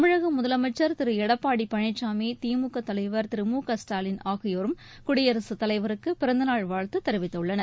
தமிழக முதலமைச்சா் திரு எடப்பாடி பழனிசாமி திமுக தலைவா் திரு மு க ஸ்டாலின் ஆகியோரும் குடியரசுத் தலைவருக்கு பிறந்த நாள் வாழ்த்து தெரிவித்துள்ளனர்